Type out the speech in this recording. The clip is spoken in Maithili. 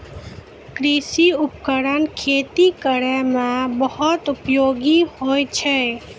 कृषि उपकरण खेती करै म बहुत उपयोगी होय छै